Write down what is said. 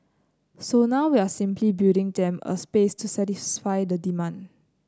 so now we are simply building them a space to satisfy the demand